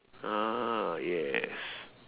ah yes